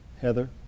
Heather